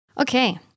Okay